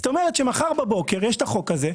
זאת אומרת שמחר בבוקר יש את החוק הזה,